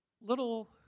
little